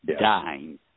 dying